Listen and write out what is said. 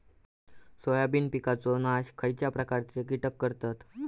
Soybean पिकांचो नाश खयच्या प्रकारचे कीटक करतत?